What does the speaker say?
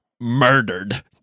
murdered